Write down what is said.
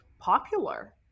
popular